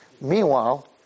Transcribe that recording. Meanwhile